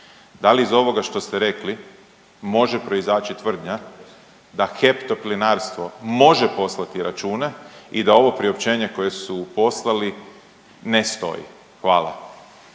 Da li iz ovoga što ste rekli može proizaći tvrdnja da HEP Toplinarstvo može poslati račune i da ovo priopćenje koje su poslali ne stoji? Hvala.